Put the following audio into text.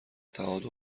تعادل